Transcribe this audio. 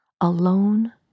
alone